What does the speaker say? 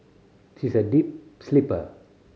she is a deep sleeper